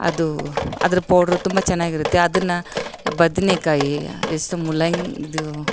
ಅದು ಅದ್ರ ಪೌಡ್ರು ತುಂಬ ಚೆನ್ನಾಗಿರುತ್ತೆ ಅದನ್ನ ಬದನೇಕಾಯಿ ಸ್ ಮೂಲಂಗಿ ಇದು